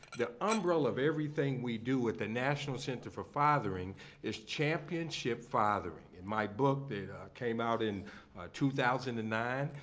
the umbrella of everything we do at the national center for fathering is championship fathering. in my book that came out in two thousand and nine,